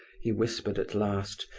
he whispered at last,